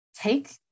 take